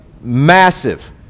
massive